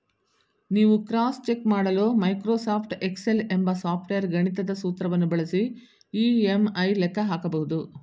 ನೀವು cross check ಮಾಡಲು Microsoft Excel ಎಂಬ ಸಾಫ್ಟ್ವೇರ್ ಗಣಿತದ ಸೂತ್ರವನ್ನು ಬಳಸಿ ಇ.ಎಂ.ಐ ಲೆಕ್ಕ ಹಾಕಬಹುದು